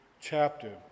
chapter